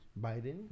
biden